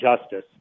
Justice